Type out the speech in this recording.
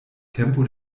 tempo